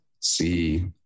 see